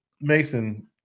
mason